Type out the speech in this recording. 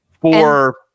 for-